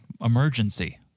emergency